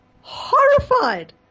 horrified